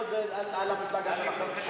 אפשר לדעת למה זורקים ביצים על המפלגה שלכם?